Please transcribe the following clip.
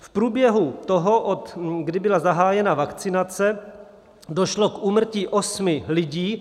V průběhu toho, od kdy byla zahájena vakcinace, došlo k úmrtí 8 lidí.